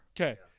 Okay